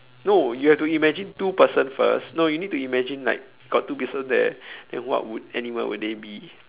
no you have to imagine two person first no you need to imagine like got two people there then what would animal would they be